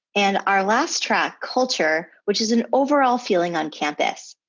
and our last track, culture, which is an overall feeling on campus.